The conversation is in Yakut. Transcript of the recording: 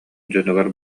дьонугар